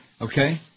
Okay